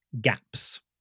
gaps